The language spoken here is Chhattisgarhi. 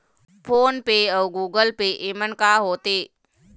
फ़ोन पे अउ गूगल पे येमन का होते?